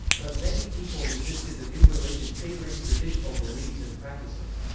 but many people resisted the new religion favouring traditional beliefs and practices.